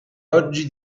oggi